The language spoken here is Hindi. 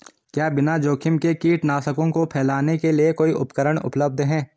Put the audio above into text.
क्या बिना जोखिम के कीटनाशकों को फैलाने के लिए कोई उपकरण उपलब्ध है?